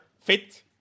fit